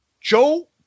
Joe